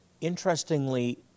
interestingly